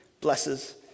blesses